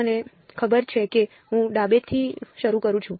મને ખબર છે કે હું ડાબેથી શરૂ કરું છું